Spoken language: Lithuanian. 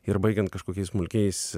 ir baigiant kažkokiais smulkiais